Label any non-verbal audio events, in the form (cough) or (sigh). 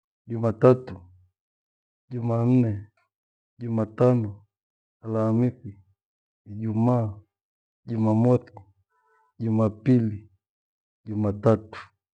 Jumatatu, jumanne, jumatano, alhamithi, ijumaa, jumamothi, (noise) jumapili jumatatu.